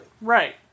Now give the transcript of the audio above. Right